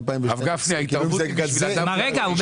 הרב גפני, ההתערבות --- רגע, הוא באמצע.